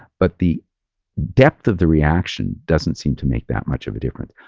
but the depth of the reaction doesn't seem to make that much of a difference.